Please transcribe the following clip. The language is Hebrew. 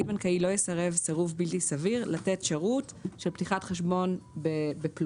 בנקאי לא יסרב סירוב בלתי סביר לתת שירות של פתיחת חשבון בפלוס,